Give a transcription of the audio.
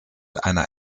einer